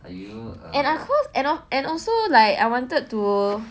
and of course and and also like I wanted to